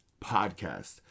Podcast